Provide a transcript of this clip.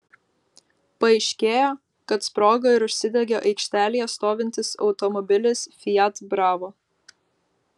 paaiškėjo kad sprogo ir užsidegė aikštelėje stovintis automobilis fiat bravo